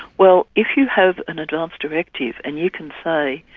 well, if you have an advance directive and you can say,